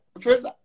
first